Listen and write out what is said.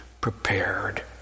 prepared